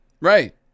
Right